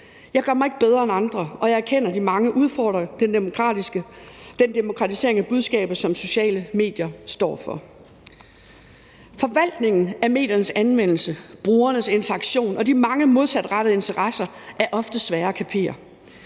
Jeg gør mig ikke bedre end andre, og jeg erkender, at mange udfordrer den demokratisering af budskabet, som sociale medier står for. Forvaltningen af mediernes anvendelse, brugernes interaktion og de mange modsatrettede interesser er ofte svære at kapere.